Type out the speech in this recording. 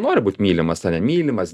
nori būt mylimas mylimas